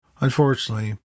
Unfortunately